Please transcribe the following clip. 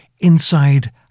inside